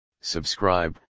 subscribe